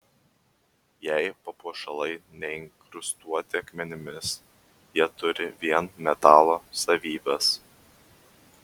jei papuošalai neinkrustuoti akmenimis jie turi vien metalo savybes